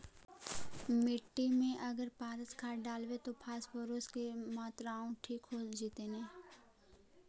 मिट्टी में अगर पारस खाद डालबै त फास्फोरस के माऋआ ठिक हो जितै न?